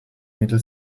mittel